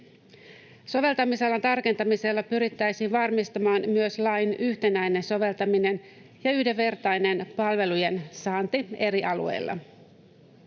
Soveltamisalan tarkentamisella pyrittäisiin varmistamaan myös lain yhtenäinen soveltaminen ja yhdenvertainen palvelujen saanti eri alueilla.